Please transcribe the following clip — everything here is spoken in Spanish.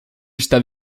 está